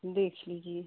देख लीजिए